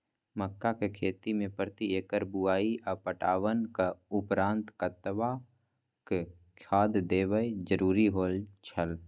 मक्का के खेती में प्रति एकड़ बुआई आ पटवनक उपरांत कतबाक खाद देयब जरुरी होय छल?